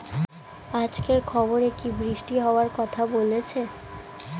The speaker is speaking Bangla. আজকের খবরে কি বৃষ্টি হওয়ায় কথা বলেছে?